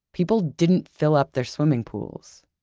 people didn't fill up their swimming pools.